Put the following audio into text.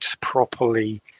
properly